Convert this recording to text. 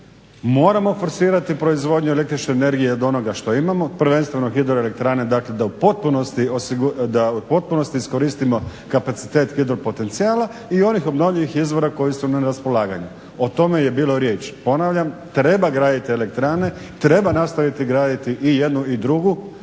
Moram forsirati proizvodnju električne energije od onoga što imamo prvenstveno HE dakle da u potpunosti iskoristimo kapacitet hidro potencijala i onih obnovljivih izvora koji su na raspolaganju. O tome je bilo riječ. Ponavljam, treba graditi elektrane, treba nastaviti graditi i jednu i drugu